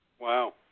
Wow